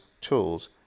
tools